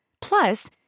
Plus